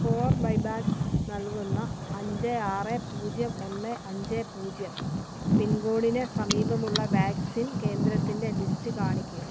കോർബൈവാക്സ് നൽകുന്ന അഞ്ച് ആറ് പൂജ്യം ഒന്ന് അഞ്ച് പൂജ്യം പിൻ കോഡിന് സമീപമുള്ള വാക്സിൻ കേന്ദ്രത്തിന്റെ ലിസ്റ്റ് കാണിക്കുക